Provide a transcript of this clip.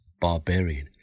barbarian